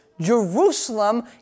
Jerusalem